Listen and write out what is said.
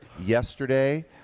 yesterday